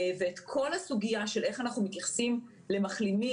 ואת כל הסוגיה של איך אנחנו מתייחסים למחלימים,